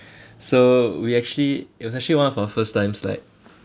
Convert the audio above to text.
so we actually it was actually one of our first times like